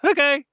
Okay